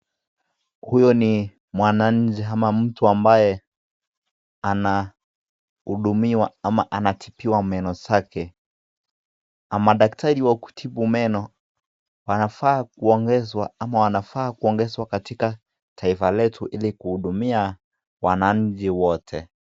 Huyo ni mwananchi ama mtu ambaye anahudumiwa ama anatibiwa meno zake. Madaktari wa kutibu meno wanafaa kuongezwa ama wanafaa kuongezwa katika taifa letu ili kuhudumia wananchi wote.